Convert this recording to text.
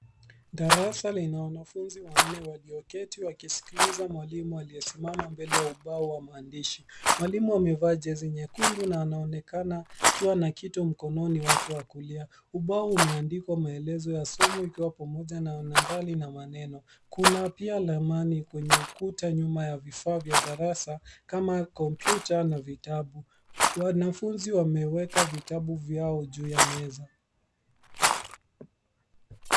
Darasa lina wanafunzi wanne walioketi wakisikiliza mwalimu aliyesimama mbele ya ubao wa maandishi. Mwalimu amevaa jezi nyekundu na anaonekana akiwa na kitu mkononi wake wa kulia. Ubao umeandikwa maelezo ya somo ikiwa pamoja na nambari na maneno. Kuna pia ramani kwenye ukuta nyuma ya vifaa vya darasa, kama kompyuta na vitabu. Wanafunzi wameweka vitabu vyao juu ya meza.